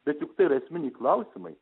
bet juk tai yra esminiai klausimai